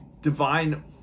divine